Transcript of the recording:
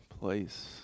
place